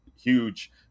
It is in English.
huge